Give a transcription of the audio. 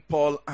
Paul